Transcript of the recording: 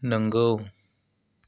नंगौ